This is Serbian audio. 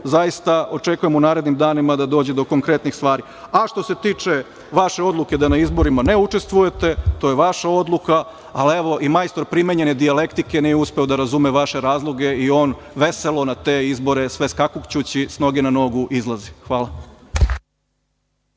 zaista očekujem u narednim danima da dođe do konkretnih stvari. Što se tiče vaše odluke da na izborima ne učestvujete, to je vaša odluka, ali evo i majstor primenjene dijalektike nije uspeo da razume vaše razloge i on veselo na te izbore, sve skakućuću s noge na nogu, izlazi. Hvala.